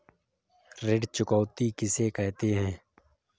ऋण चुकौती किसे कहते हैं?